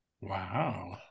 Wow